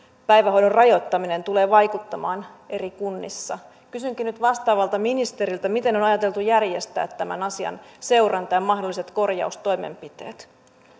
päivähoidon rajoittaminen tulee vaikuttamaan eri kunnissa kysynkin nyt vastaavalta ministeriltä miten on ajateltu järjestää tämän asian seuranta ja mahdolliset korjaustoimenpiteet